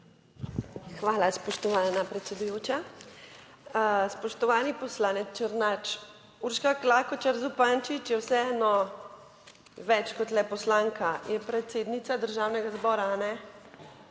Hvala, spoštovana predsedujoča. Spoštovani poslanec Černač, Urška Klakočar Zupančič je vseeno več kot le poslanka, je predsednica Državnega zbora, ali